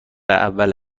اول